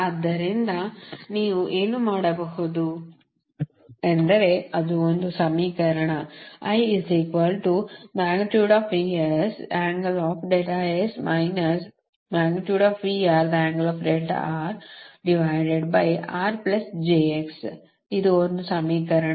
ಆದ್ದರಿಂದ ನೀವು ಏನು ಮಾಡಬಹುದು ಎಂದರೆ ಅದು ಒಂದು ಸಮೀಕರಣ ಇದು ಒಂದು ಸಮೀಕರಣ